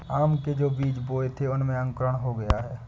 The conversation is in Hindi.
आम के जो बीज बोए थे उनमें अंकुरण हो गया है